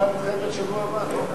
אולי נדחה את זה לשבוע הבא, לא?